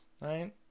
right